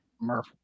Murph